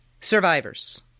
survivors